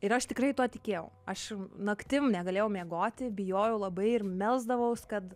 ir aš tikrai tuo tikėjau aš naktim negalėjau miegoti bijojau labai ir melsdavaus kad